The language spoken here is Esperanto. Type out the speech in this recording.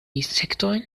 insektojn